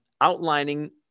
outlining